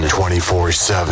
24-7